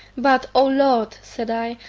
but, o lord! said i,